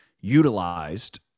utilized